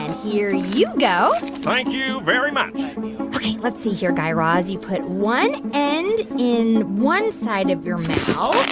and here you go thank you very much ok, let's see here, guy raz. you put one end in one side of your mouth.